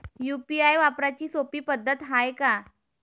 UPI वापराची सोपी पद्धत हाय का?